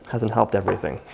hasn't helped everything.